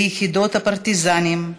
ביחידות הפרטיזנים,